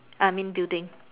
I mean building